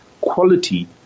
quality